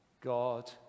God